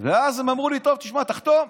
ואז הם אמרו לי: טוב, תשמע, תחתום.